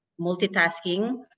multitasking